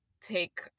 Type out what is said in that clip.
take